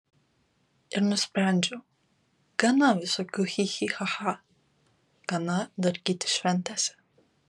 ir nusprendžiau gana visokių chi chi cha cha gana darkytis šventėse